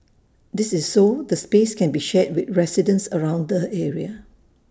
this is so the space can be shared with residents around the area